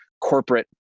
corporate